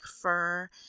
fur